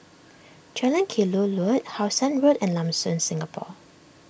Jalan Kelulut How Sun Road and Lam Soon Singapore